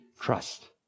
trust